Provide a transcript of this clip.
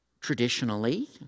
traditionally